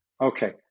Okay